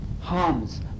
harms